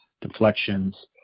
deflections